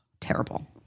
Terrible